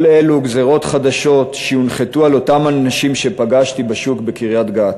כל אלו גזירות חדשות שהונחתו על אותם אנשים שפגשתי בשוק בקריית-גת,